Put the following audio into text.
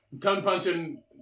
tongue-punching